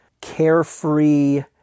carefree